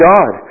God